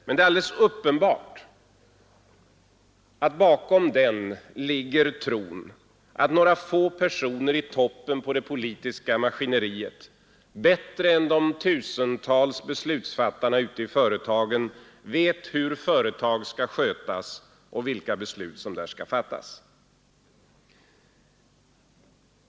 Men det är alldeles uppenbart att bakom denna näringspolitik ligger tron att några få personer i toppen på det politiska maskineriet bättre än de tusentals beslutsfattarna ute i företagen vet hur företag skall skötas och vilka beslut som där skall fattas.